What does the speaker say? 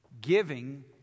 Giving